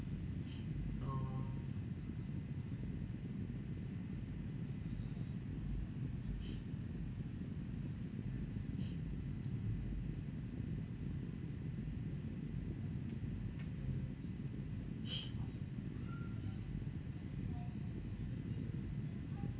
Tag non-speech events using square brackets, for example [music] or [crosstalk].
[breath] oh [breath]